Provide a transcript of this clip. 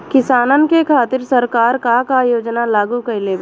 किसानन के खातिर सरकार का का योजना लागू कईले बा?